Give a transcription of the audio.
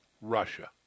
Russia